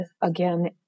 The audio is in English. again